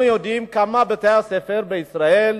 אנחנו יודעים כמה בתי-הספר בישראל,